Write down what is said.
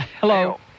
Hello